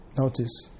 Notice